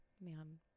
man